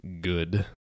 good